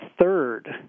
third